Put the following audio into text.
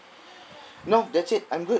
no that's it I'm good